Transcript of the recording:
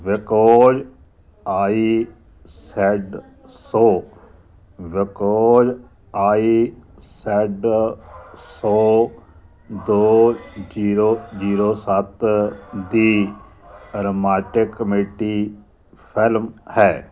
because I said so because I said so ਦੋ zero zero ਸੱਤ ਦੀ romantic comedy film ਹੈ